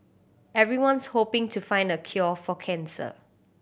everyone's hoping to find the cure for cancer